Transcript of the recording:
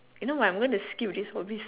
you know what I'm gonna skip this whole be~